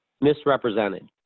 misrepresented